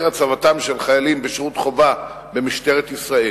הצבתם של חיילים בשירות חובה במשטרת ישראל.